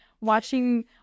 watching